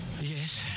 Yes